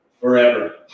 forever